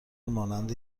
مانند